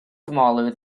smaller